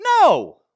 No